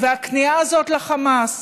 והכניעה הזאת לחמאס,